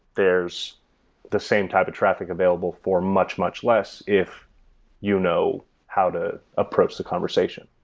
there's the same type of traffic available for much, much less if you know how to approach the conversation.